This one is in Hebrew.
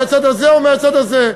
מהצד הזה או מהצד הזה.